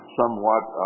somewhat